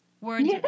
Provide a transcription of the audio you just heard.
Words